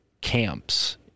camps